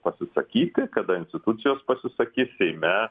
pasisakyti kada institucijos pasisakys seime